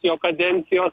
jo kadencijos